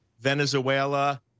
Venezuela